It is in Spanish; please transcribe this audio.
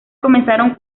comenzaron